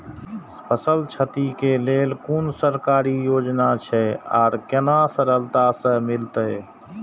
फसल छति के लेल कुन सरकारी योजना छै आर केना सरलता से मिलते?